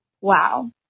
Wow